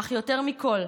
אך יותר מכול,